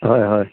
হয় হয়